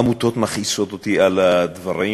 עמותות מכעיסות אותי בדברים